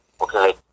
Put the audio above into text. Okay